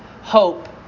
Hope